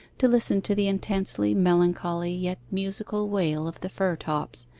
to listen to the intensely melancholy yet musical wail of the fir-tops,